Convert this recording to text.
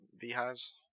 beehives